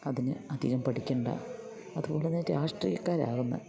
അതിന് അതികം പഠിക്കേണ്ട അതുകൊണ്ടുതന്നെ രാഷ്ട്രീയക്കാരാവുന്ന